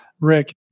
Rick